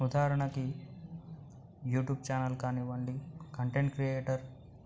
ఉదాహరణకి YouTube channel కానివ్వండి content creator